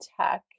tech